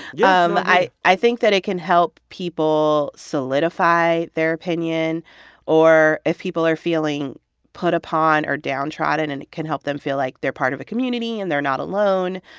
yeah um i i think that it can help people solidify their opinion or if people are feeling put upon or downtrodden and it can help them feel like they're part of a community and they're not alone.